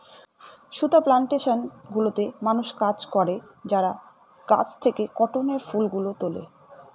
সুতা প্লানটেশন গুলোতে মানুষ কাজ করে যারা গাছ থেকে কটনের ফুল গুলো তুলে